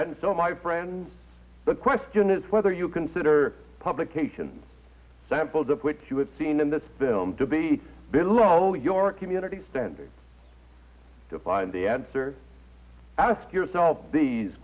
and so my friends the question is whether you consider publication samples of which you have seen in this film to be below your community standards to find the answer ask yourself these